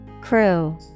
Crew